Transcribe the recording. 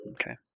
Okay